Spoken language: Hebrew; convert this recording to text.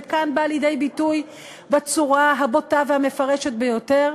וכאן בא לידי ביטוי בצורה הבוטה והמפרשת ביותר,